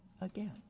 again